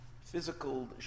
physical